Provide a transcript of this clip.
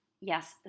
Yes